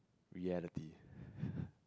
reality